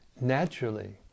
Naturally